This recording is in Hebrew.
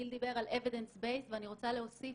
גיל דיבר על evidence base ואני רוצה להוסיף